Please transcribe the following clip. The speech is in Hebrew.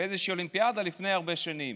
באיזו אולימפיאדה לפני הרבה שנים.